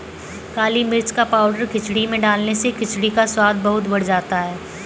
काली मिर्च का पाउडर खिचड़ी में डालने से खिचड़ी का स्वाद बहुत बढ़ जाता है